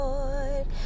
Lord